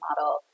model